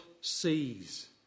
sees